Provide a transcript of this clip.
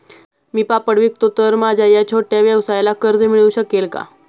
मी पापड विकतो तर माझ्या या छोट्या व्यवसायाला कर्ज मिळू शकेल का?